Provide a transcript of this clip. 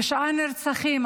תשעה נרצחים.